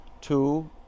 two